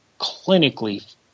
clinically